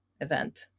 event